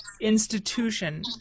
institution